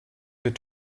wird